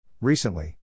Recently